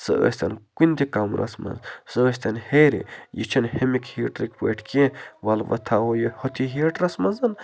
سٔہ ٲسۍتَن کُنہِ تہِ کَمرَس منٛز سٔہ ٲسۍتَن ہیٚرِ یہِ چھِنہٕ ہَمِکۍ ہیٖٹٕرٕکۍ پٲٹھۍ کیٚنہہ وَلہٕ وۄنۍ تھاوَو یہِ ہوٚتھی ہیٖٹَرَس منٛز